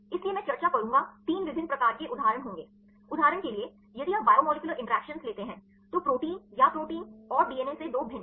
इसलिए मैं चर्चा करूंगा 3 विभिन्न प्रकार के उदाहरण होंगे उदाहरण के लिए यदि आप बायोमोलेक्यूलर इंटरैक्शन लेते हैं तो प्रोटीन या प्रोटीन और डीएनए से 2 भिन्न